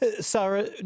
Sarah